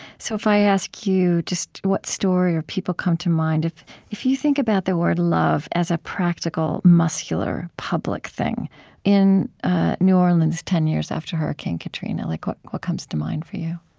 so if i ask you what story or people come to mind if if you think about the word love as a practical, muscular, public thing in new orleans, ten years after hurricane katrina, like what what comes to mind for you?